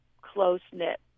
close-knit